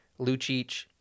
Lucic